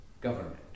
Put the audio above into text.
government